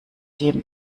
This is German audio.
dem